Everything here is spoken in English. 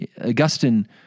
Augustine